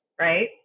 right